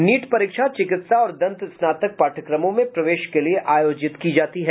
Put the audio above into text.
NEET परीक्षा चिकित्सा और दंत स्नातक पाठ्यक्रमों में प्रवेश के लिए आयोजित की जाती है